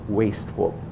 wasteful